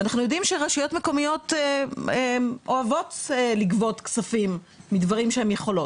ואנחנו יודעים שרשויות מקומיות אוהבות לגבות כספים מדברים שהן יכולות.